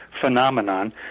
phenomenon